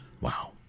Wow